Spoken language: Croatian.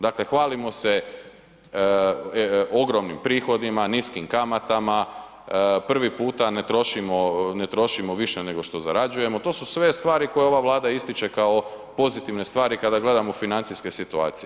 Dakle, hvalimo se ogromnim prihodima, niskim kamatama, prvi puta ne trošimo više nego što zarađujemo, to su sve stvari koje ova Vlada ističe kao pozitivne stvari kada gledamo financijske situacije.